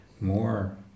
more